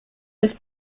des